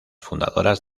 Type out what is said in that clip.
fundadoras